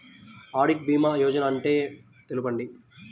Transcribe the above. అటల్ భీమా యోజన గురించి తెలుపండి?